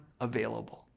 available